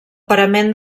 parament